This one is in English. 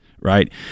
Right